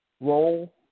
role